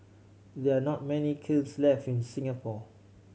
there're not many kilns left in Singapore